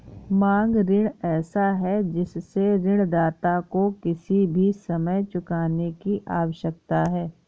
मांग ऋण ऐसा है जिससे ऋणदाता को किसी भी समय चुकाने की आवश्यकता है